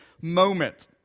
moment